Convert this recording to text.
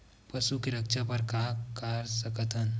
पशु के रक्षा बर का कर सकत हन?